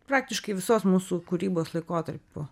praktiškai visos mūsų kūrybos laikotarpiu